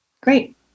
great